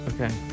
Okay